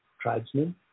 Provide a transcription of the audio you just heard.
tribesmen